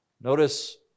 Notice